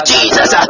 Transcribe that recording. Jesus